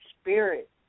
spirit